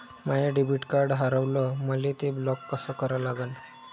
माय debit card हारवलं, मले ते ब्लॉक कस करा लागन?